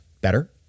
better